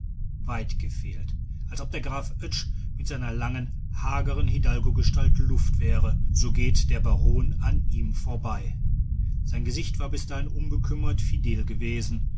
weit gefehlt als ob der graf oetsch mit seiner langen hageren hidalgogestalt luft wäre so geht der baron an ihm vorbei sein gesicht war bis dahin unbekümmert fidel gewesen